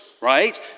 right